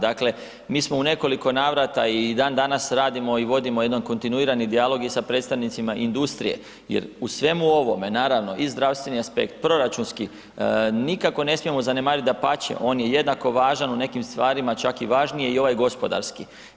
Dakle, mi smo u nekoliko navrata i dan danas radimo i vodimo jedan kontinuirani dijalog i sa predstavnicima industrije jer u svemu ovome, naravno i zdravstveni aspekt, proračunski nikako ne smijemo zanemariti, dapače on je jednako važan u nekim stvarima čak i važniji i ovaj gospodarski.